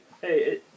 Hey